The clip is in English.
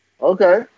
Okay